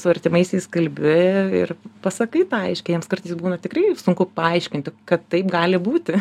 su artimaisiais kalbi ir pasakai tą aiškiai jiems kartais būna tikrai sunku paaiškinti kad taip gali būti